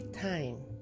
Time